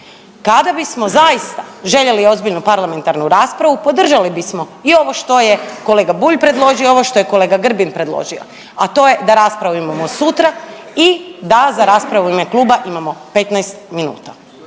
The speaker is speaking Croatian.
Kada bismo zaista željeli ozbiljnu parlamentarnu raspravu, podržali bismo i ovo što je kolega Bulj predložio, ovo što je kolega Grbin predložio, a to je da raspravu imamo sutra i da za raspravu u ime kluba imamo 15 minuta.